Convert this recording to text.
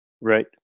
Right